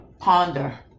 ponder